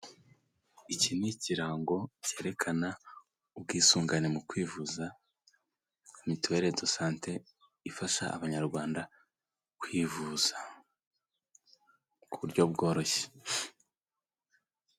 Iki n'ikirango cyerekana ubwisungane mu kwivuza mutuwere desante ifasha abanyarwanda kwivuza ku buryo bworoshye.